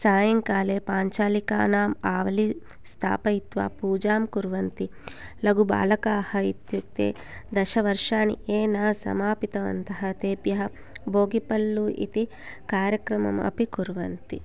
सायङ्काले पाञ्चालिकानाम् आवलि स्थापयित्वा पूजां कुर्वन्ति लघुबालकाः इत्युक्ते दशवर्षाणि ये न समापितवन्तः तेभ्यः भोगिपल्लु इति कार्यक्रममपि कुर्वन्ति